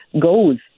goes